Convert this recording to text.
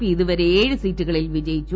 P ഇതുവരെ ഏഴ് സീറ്റുകളിൽ വിജയിച്ചു